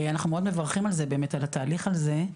אנחנו מאוד מברכים על זה באמת על התהליך הזה,